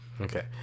okay